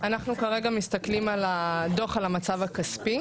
אז אנחנו כרגע מסתכלים על הדו"ח על המצב הכספי,